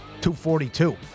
242